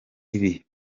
ibi